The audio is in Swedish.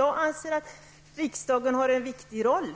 Jag anser att riksdagen har en viktig roll.